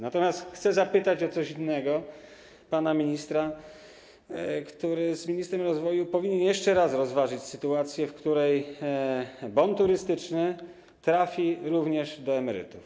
Natomiast chcę zapytać o coś innego pana ministra, który z ministrem rozwoju powinien jeszcze raz rozważyć sytuację, w której bon turystyczny trafiłby również do emerytów.